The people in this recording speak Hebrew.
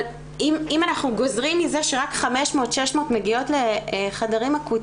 אבל אם אנחנו גוזרים מזה שרק 500-600 מגיעות לחדרים אקוטיים